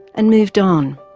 and moved on.